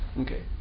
Okay